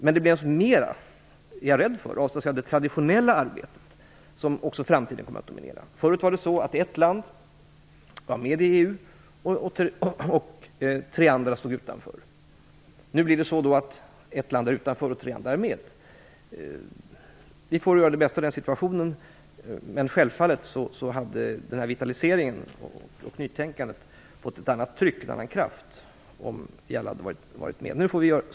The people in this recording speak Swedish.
Men det blir mer av, är jag rädd för, traditionellt arbete som också i framtiden kommer att dominera. Förut var ett land med i EU. Tre andra stod utanför. Nu blir det så att ett land är utanför och att tre andra är med. Vi får göra det bästa av situationen. Men självfallet hade nämnda vitalisering och nytänkande fått ett annat tryck, en annan kraft, om vi alla hade varit med.